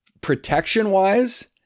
protection-wise